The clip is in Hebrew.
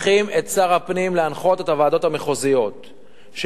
מנחים את שר הפנים להנחות את הוועדות המחוזיות שלא